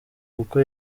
kuko